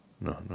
no